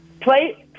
Play